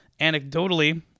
Anecdotally